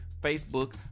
Facebook